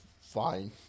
fine